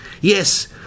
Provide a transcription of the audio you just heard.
Yes